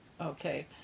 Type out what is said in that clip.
okay